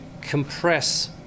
compress